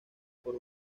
por